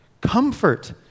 comfort